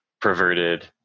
perverted